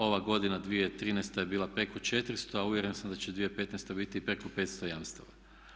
Ova godina 2013. je bila preko 400, a uvjeren sam da će 2015. biti i preko 500 jamstava.